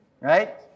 Right